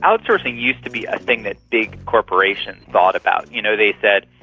outsourcing used to be a thing that big corporations thought about. you know, they said,